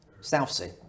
Southsea